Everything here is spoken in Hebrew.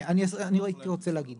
אני רוצה להגיד